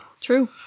true